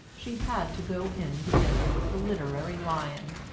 she had to go in to dinner with the literary lion.